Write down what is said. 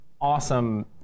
awesome